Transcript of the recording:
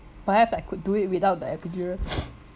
perhaps I could do it without the epidural